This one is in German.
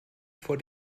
vor